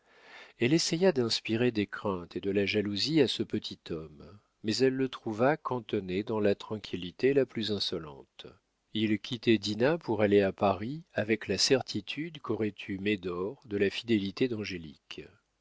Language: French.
elle essaya d'inspirer des craintes et de la jalousie à ce petit homme mais elle le trouva cantonné dans la tranquillité la plus insolente il quittait dinah pour aller à paris avec la certitude qu'aurait eue médor de la fidélité d'angélique